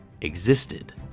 existed